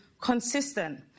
consistent